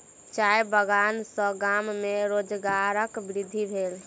चाय बगान सॅ गाम में रोजगारक वृद्धि भेल